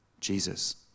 Jesus